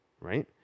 right